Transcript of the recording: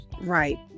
right